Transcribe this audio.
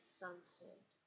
sunset